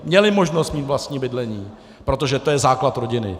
Měly možnost mít vlastní bydlení, protože to je základ rodiny.